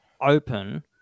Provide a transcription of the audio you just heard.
open